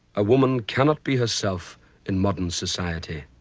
a woman cannot be herself in modern society.